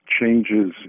changes